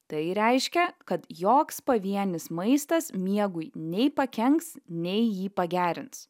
tai reiškia kad joks pavienis maistas miegui nei pakenks nei jį pagerins